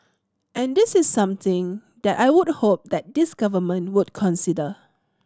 and this is something that I would hope that this Government would consider